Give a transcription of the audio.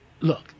look